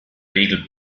regel